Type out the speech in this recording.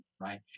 right